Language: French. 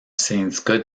syndicat